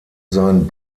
sein